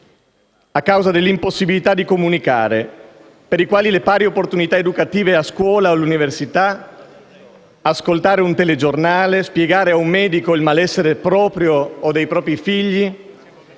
a causa dell'impossibilità di comunicare, per i quali le pari opportunità educative a scuola e all'università, ascoltare un telegiornale, spiegare ad un medico il malessere proprio o dei propri figli,